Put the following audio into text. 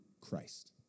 Christ